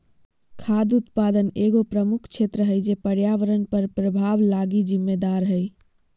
खाद्य उत्पादन एगो प्रमुख क्षेत्र है जे पर्यावरण पर प्रभाव लगी जिम्मेदार हइ